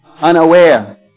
unaware